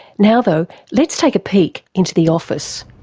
now though let's take a peek into the office.